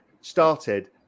started